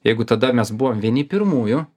jeigu tada mes buvom vieni pirmųjų